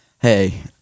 hey